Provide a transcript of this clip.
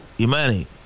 Imani